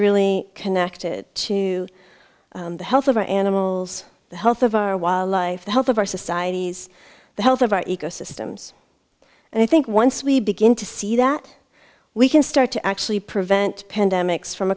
really connected to the health of our animals the health of our wildlife the health of our societies the health of our ecosystems and i think once we begin to see that we can start to actually prevent pandemics from